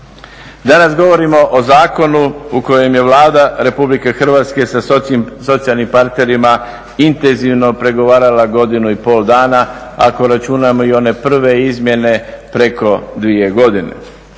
Danas govorimo o Zakonu u kojem je Vlada Republike Hrvatske sa socijalnim partnerima intenzivno pregovarala godinu i pol dana ako računamo i one prve izmjene preko 2 godine.